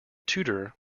tudor